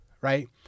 right